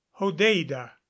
Hodeida